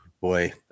boy